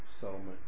settlement